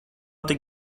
tik